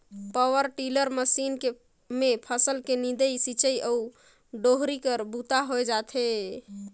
power tiller machine मे फसल के निंदई, सिंचई अउ डोहरी कर बूता होए जाथे